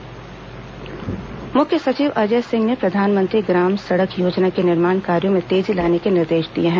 मुख्य सचिव बैठक मुख्य सचिव अजय सिंह ने प्रधानमंत्री ग्राम सड़क योजना के निर्माण कार्यो में तेजी लाने के निर्देश दिए हैं